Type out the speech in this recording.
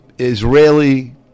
israeli